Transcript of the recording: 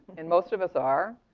and most of us are,